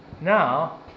now